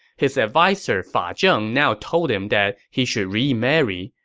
his adviser fa zheng now told him that he should remarry,